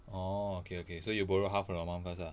orh okay okay so you borrow half from your mum first ah